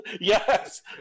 Yes